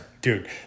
dude